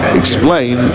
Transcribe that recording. explain